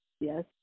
Yes